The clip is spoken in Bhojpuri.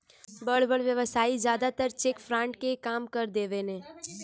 बड़ बड़ व्यवसायी जादातर चेक फ्रॉड के काम कर देवेने